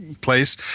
place